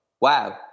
Wow